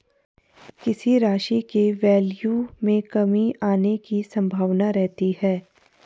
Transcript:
किसी राशि के वैल्यू में कमी आने की संभावना रहती है